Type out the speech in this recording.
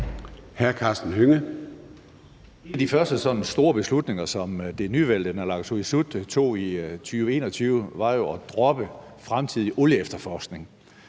(SF): De første sådan store beslutninger, som det nyvalgte naalakkersuisut tog i 2021, var jo at droppe fremtidig olieefterforskning,